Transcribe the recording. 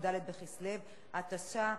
כ"ד בכסלו התשע"א,